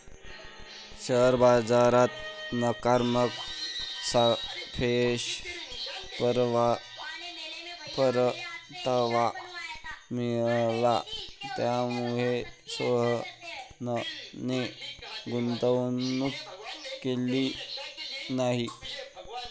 share बाजारात नकारात्मक सापेक्ष परतावा मिळाला, त्यामुळेच सोहनने गुंतवणूक केली नाही